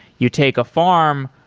you take a farm,